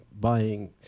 buying